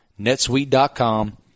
netsuite.com